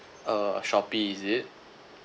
uh Shopee is it